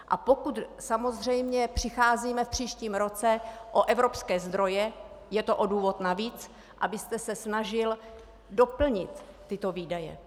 A pokud samozřejmě přicházíme v příštím roce o evropské zdroje, je to o důvod navíc, abyste se snažil doplnit tyto výdaje.